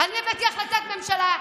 אני הבאתי החלטת ממשלה,